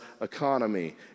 economy